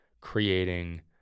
creating